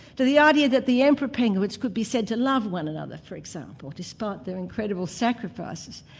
to the idea that the emperor penguins could be said to love one another for example, despite their incredible sacrifices.